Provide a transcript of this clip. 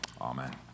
Amen